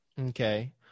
Okay